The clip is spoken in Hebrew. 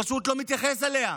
פשוט לא מתייחס אליה.